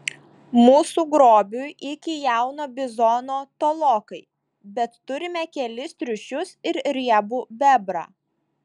mūsų grobiui iki jauno bizono tolokai bet turime kelis triušius ir riebų bebrą